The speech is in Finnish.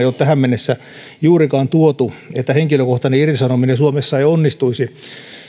ole tähän mennessä juurikaan tuotu että henkilökohtainen irtisanominen suomessa ei onnistuisi